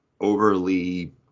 overly